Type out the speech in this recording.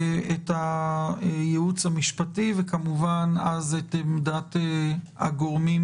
את הייעוץ המשפטי וכמובן אז את עמדת הגורמים